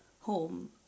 home